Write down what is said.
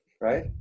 Right